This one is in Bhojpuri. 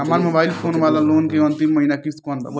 हमार मोबाइल फोन वाला लोन के अंतिम महिना किश्त कौन बा?